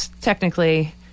technically